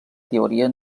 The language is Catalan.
teoria